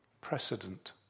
precedent